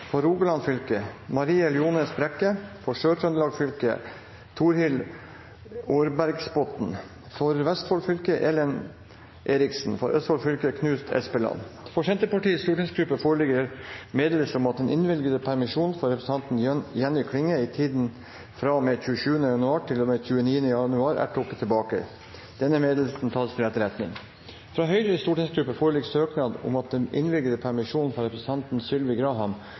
For Rogaland fylke: Marie Ljones Brekke For Sør-Trøndelag fylke: Torhild Aarbergsbotten For Vestfold fylke: Ellen Eriksen For Østfold fylke: Knut Espeland For Senterpartiets stortingsgruppe foreligger meddelelse om at den innvilgede permisjon for representanten Jenny Klinge i tiden fra og med 27. januar til og med 29. januar er trukket tilbake. Denne meddelelsen tas til etterretning. Fra Høyres stortingsgruppe foreligger søknad om at den innvilgede permisjon for representanten Sylvi Graham